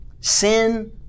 Sin